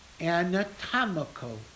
anatomical